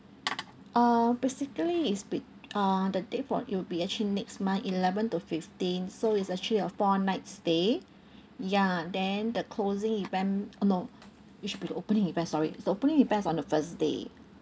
uh basically it's with uh the date for it'll be actually next month eleven to fifteen so it's actually a four night stay ya then the closing event oh no it should be the opening event sorry the opening event is on the first day